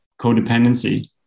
codependency